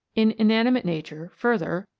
in inanimate nature, further,